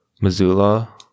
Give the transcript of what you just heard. Missoula